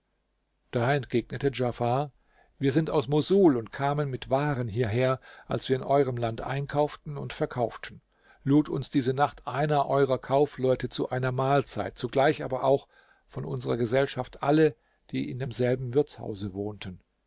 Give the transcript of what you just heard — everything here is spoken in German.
da entgegnete diafar wir sind aus mosul und kamen mit waren hierher als wir in eurem land einkauften und verkauften lud uns diese nacht einer eurer kaufleute zu einer mahlzeit zugleich aber auch von unserer gesellschaft alle die in demselben wirtshause wohnten